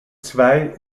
zwei